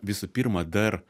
visų pirma dar